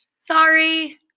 Sorry